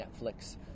Netflix